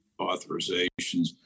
authorizations